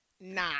Nah